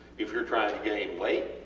if youre trying to gain weight,